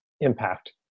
impact